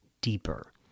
deeper